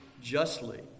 justly